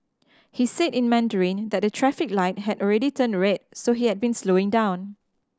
he said in Mandarin that the traffic light had already turned red so he had been slowing down